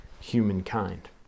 humankind